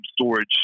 storage